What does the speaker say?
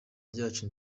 ryacu